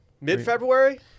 mid-february